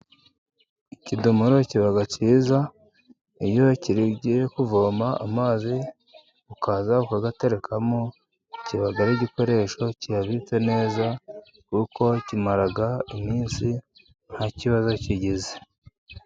Ikidomoro kiba cyiza, iyo kigiye kuvoma amazi ukaza ukayaterekamo ,kiba ari igikoresho kiyabitse neza, kuko kimara iminsi nta kibazo kigize.